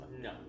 No